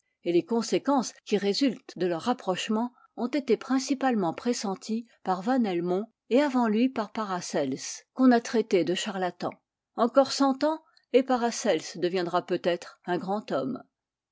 et les conséquences qui résultent de leur rapprochement ont été principalement pressenties par van helmont et avant lui par paracelse qu'on a traité de charlatan encore cent ans et paracelse deviendra peut-être un grand homme